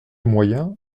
moyens